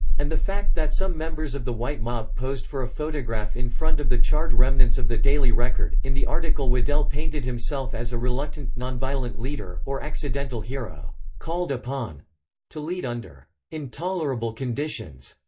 and the fact that some members of the white mob posed for a photograph in front of the charred remnants of the daily record, in the article waddell painted himself as a reluctant, non-violent leader or accidental hero called upon to lead under intolerable conditions.